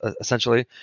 essentially